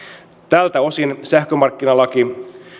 tältä osin sähkömarkkinalaki